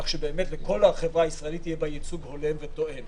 כך שלכל החברה הישראלית יהיה בה ייצוג הולם ותואם.